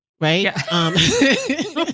Right